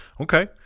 Okay